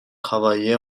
travaillé